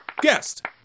Guest